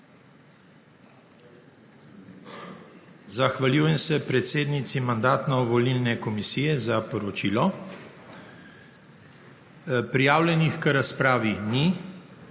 Zahvaljujem se predsednici Mandatno-volilne komisije za poročilo. Prijavljenih k razpravi ni,